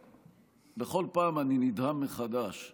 שבכל פעם אני נדהם מחדש מהנכונות,